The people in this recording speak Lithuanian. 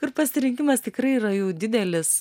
ir pasirinkimas tikrai yra jų didelis